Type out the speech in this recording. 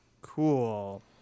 Cool